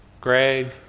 Greg